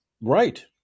Right